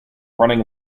running